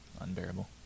unbearable